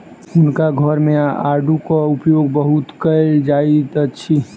हुनका घर मे आड़ूक उपयोग बहुत कयल जाइत अछि